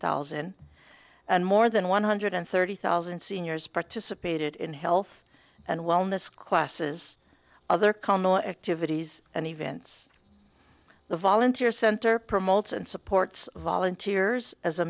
thousand and more than one hundred thirty thousand seniors participated in health and wellness classes other condo activities and events the volunteer center promotes and supports volunteers as a